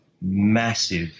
massive